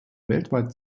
weltweit